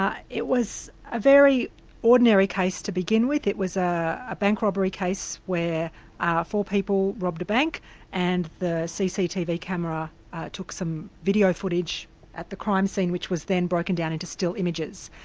um it was a very ordinary case to begin with it was a a bank robbery case where ah four people robbed a bank and the cctv camera took some video footage at the crime scene which was then broken down into still images.